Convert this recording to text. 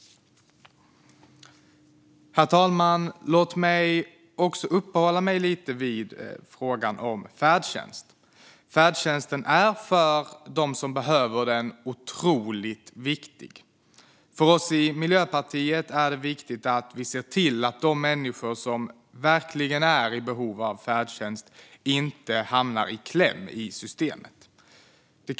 Herr talman! Låt mig uppehålla mig lite vid frågan om färdtjänst. För dem som behöver den är färdtjänsten otroligt viktig. För oss i Miljöpartiet är det viktigt att se till att de människor som verkligen är i behov av färdtjänst inte hamnar i kläm i systemet.